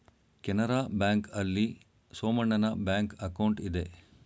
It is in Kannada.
ಕೆನರಾ ಬ್ಯಾಂಕ್ ಆಲ್ಲಿ ಸೋಮಣ್ಣನ ಬ್ಯಾಂಕ್ ಅಕೌಂಟ್ ಇದೆ